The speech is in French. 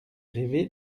rêvé